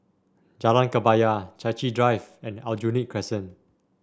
Jalan Kebaya Chai Chee Drive and Aljunied Crescent